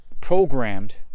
programmed